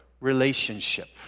relationship